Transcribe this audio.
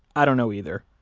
i don't know either.